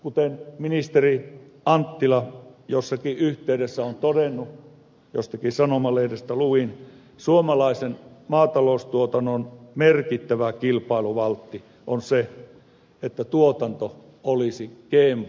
kuten ministeri anttila jossakin yhteydessä on todennut jostakin sanomalehdestä luin suomalaisen maataloustuotannon merkittävä kilpailuvaltti on se että tuotanto olisi gmo vapaata